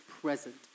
present